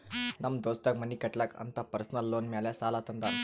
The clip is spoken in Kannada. ನಮ್ ದೋಸ್ತಗ್ ಮನಿ ಕಟ್ಟಲಾಕ್ ಅಂತ್ ಪರ್ಸನಲ್ ಲೋನ್ ಮ್ಯಾಲೆ ಸಾಲಾ ತಂದಾನ್